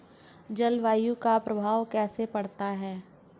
जलवायु का प्रभाव कैसे पड़ता है?